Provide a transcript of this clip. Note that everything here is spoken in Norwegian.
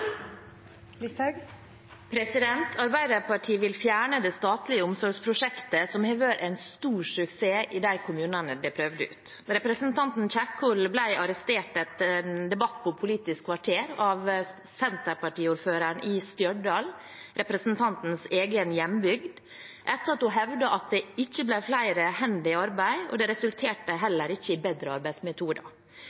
Arbeiderpartiet vil fjerne det statlige omsorgsprosjektet som har vært en stor suksess i de kommunene der det er prøvd ut. Representanten Kjerkol ble arrestert etter en debatt på Politisk kvarter av Senterparti-ordføreren i Stjørdal, representantens egen hjembygd, etter at hun hevdet at det ikke ga flere hender i arbeid og heller ikke resulterte